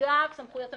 אגב סמכויות הממונה.